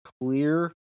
clear